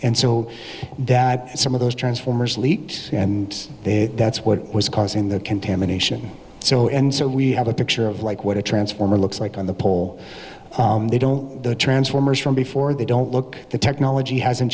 and so that some of those transformers leaks and they that's what was causing the contamination so and so we have a picture of like what a transformer looks like on the pole they don't the transformers from before they don't look the technology hasn't